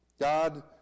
God